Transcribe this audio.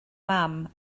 mam